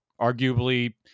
arguably